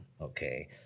okay